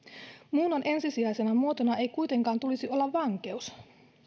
muunnon ensisijaisena muotona ei kuitenkaan tulisi olla vankeus